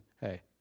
hey